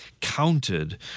counted